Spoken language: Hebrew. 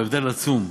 ההבדל הוא עצום.